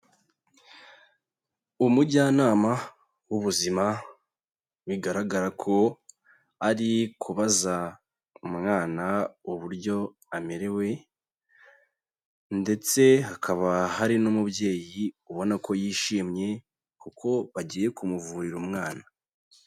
Umujyanama w'ubuzima bigaragara ko ari kubaza umwana uburyo amerewe ndetse hakaba hari n'umubyeyi ubona ko yishimye kuko bagiye kumuvurira umwana.